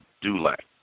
Dulac